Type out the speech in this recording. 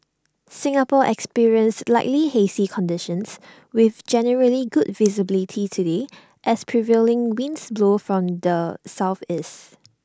Singapore experienced slightly hazy conditions with generally good visibility today as prevailing winds blow from the Southeast